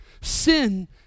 Sin